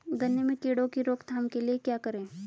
गन्ने में कीड़ों की रोक थाम के लिये क्या करें?